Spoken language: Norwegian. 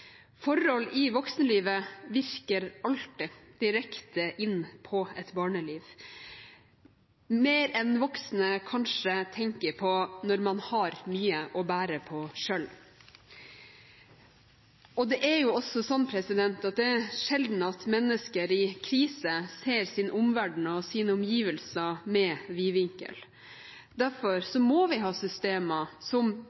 Forhold i voksenlivet virker alltid direkte inn på et barneliv – mer enn voksne kanskje tenker på når man har mye å bære på selv. Det er også sjelden at mennesker i krise ser sin omverden og sine omgivelser med vidvinkel. Derfor må vi ha systemer som